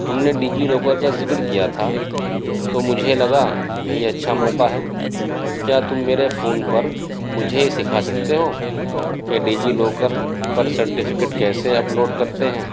تم نے DigiLocker کا ذکر کیا تھا تو مجھے لگا یہی اچھا موقع ہے کیا تم میرے فون پر مجھے یہ سکھا سکتے ہو کہ ڈجی لاکر پر سرٹیفکیٹ کیسے اپ لوڈ کرتے ہیں